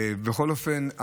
בכל אופן,